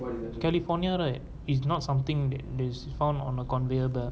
california right it's not something that that is found on a conveyor belt